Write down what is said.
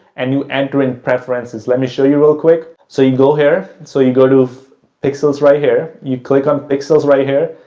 and you enter in preferences. let me show you real quick. so, you go here, so you go to pixels right here. you click on pixels right here,